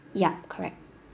yup correct